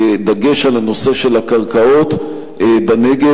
בדגש על הנושא של הקרקעות בנגב?